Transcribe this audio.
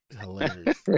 Hilarious